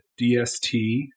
DST